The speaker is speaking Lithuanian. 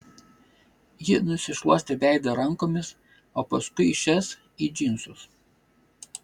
ji nusišluostė veidą rankomis o paskui šias į džinsus